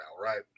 right